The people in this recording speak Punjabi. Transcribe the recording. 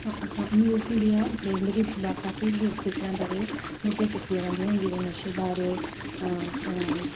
ਹਾਂ ਨਿਊਜ਼ ਮੀਡੀਆ ਪਿੰਡ ਵਿੱਚ ਕਾਫੀ ਖੇਤਰਾਂ ਬਾਰੇ ਮੁੱਦੇ ਚੱਕਦੀਆਂ ਰਹਿੰਦੀਆਂ ਜਿਵੇਂ ਨਸ਼ੇ ਬਾਰੇ